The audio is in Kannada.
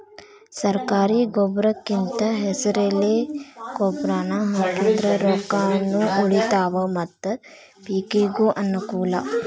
ಸರ್ಕಾರಿ ಗೊಬ್ರಕಿಂದ ಹೆಸರೆಲೆ ಗೊಬ್ರಾನಾ ಹಾಕಿದ್ರ ರೊಕ್ಕಾನು ಉಳಿತಾವ ಮತ್ತ ಪಿಕಿಗೂ ಅನ್ನಕೂಲ